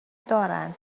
دارن